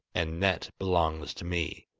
and that belongs to me